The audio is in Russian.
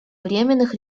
временных